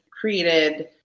created